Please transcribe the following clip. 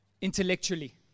Intellectually